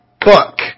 book